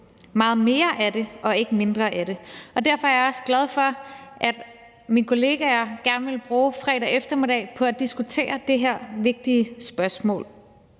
meget mere af det og ikke mindre af det. Og derfor er jeg også glad for, at mine kollegaer gerne vil bruge fredag eftermiddag på at diskutere det her vigtige spørgsmål.